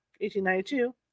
1892